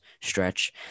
stretch